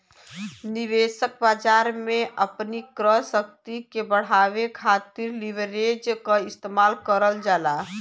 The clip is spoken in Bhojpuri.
निवेशक बाजार में अपनी क्रय शक्ति के बढ़ावे खातिर लीवरेज क इस्तेमाल करल जाला